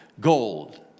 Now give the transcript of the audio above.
gold